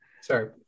sorry